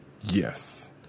yes